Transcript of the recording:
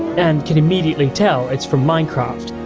and can immediately tell it's from minecraft.